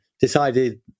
decided